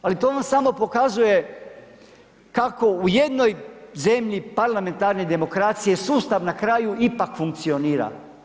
Ali to vam samo pokazuje kako u jednoj zemlji parlamentarne demokracije sustav na kraju ipak funkcionira.